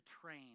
train